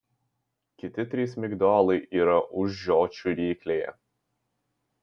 kiti trys migdolai yra už žiočių ryklėje